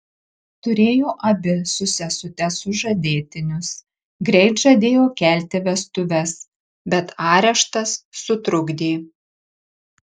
turėjo abi su sesute sužadėtinius greit žadėjo kelti vestuves bet areštas sutrukdė